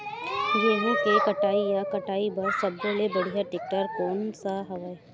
गेहूं के कटाई या कटाई बर सब्बो ले बढ़िया टेक्टर कोन सा हवय?